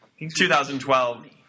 2012